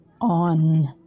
on